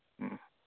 ꯎꯝ